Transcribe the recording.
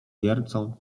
wiercą